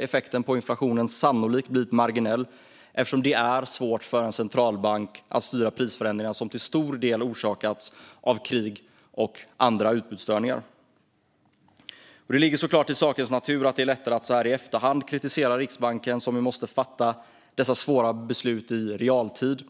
effekten på inflationen sannolikt blivit marginell eftersom det är svårt för en centralbank att styra prisförändringar som till stor del orsakats av krig och andra utbudsstörningar. Det ligger såklart i sakens natur att det är lätt att så här i efterhand kritisera Riksbanken, som ju måste fatta dessa svåra beslut i realtid.